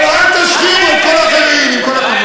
אבל אל תשחירו את כל האחרים, עם כל הכבוד.